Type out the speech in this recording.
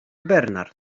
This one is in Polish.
bernard